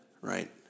right